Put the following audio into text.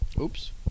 Oops